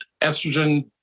Estrogen